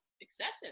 excessive